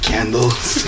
Candles